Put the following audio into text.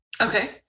Okay